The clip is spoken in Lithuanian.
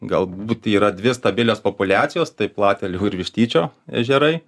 galbūt yra dvi stabilios populiacijos tai platelių ir vištyčio ežerai